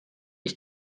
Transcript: ich